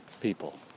people